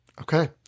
Okay